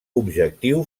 objectiu